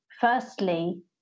firstly